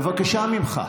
בבקשה ממך.